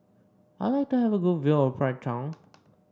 I would like to have a good view of Bridgetown